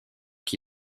qui